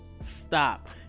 stop